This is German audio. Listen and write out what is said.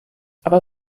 aber